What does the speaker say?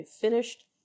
finished